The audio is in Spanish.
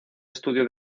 estudio